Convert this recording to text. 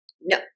no